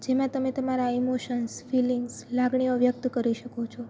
જેમાં તમે તમારા ઈમોશન્સ ફિલિંગ્સ લાગણીઓ વ્યક્ત કરી શકો છો